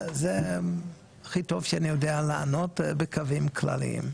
זה הכי טוב שאני יודע לענות בקווים כלליים.